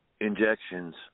injections